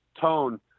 tone